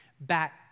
back